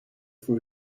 for